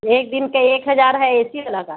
ایک دن کا ایک ہزار ہے اے سی والا کا